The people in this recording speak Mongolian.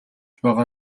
байгаа